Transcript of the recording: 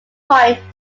point